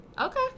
Okay